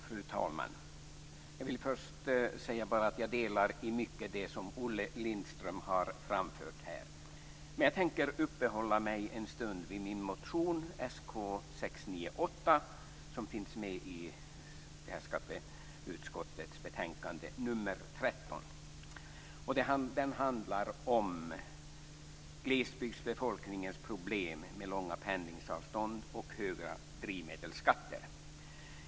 Fru talman! Jag vill först säga att jag delar mycket av det som Olle Lindström har framfört här. Jag tänker uppehålla mig en stund vid min motion 13. Den handlar om glesbygdsbefolkningens problem med långa pendlingsavstånd och höga drivmedelsskatter.